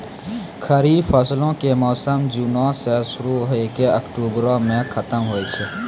खरीफ फसलो के मौसम जूनो मे शुरु होय के अक्टुबरो मे खतम होय छै